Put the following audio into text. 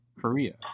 Korea